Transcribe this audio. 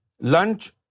Lunch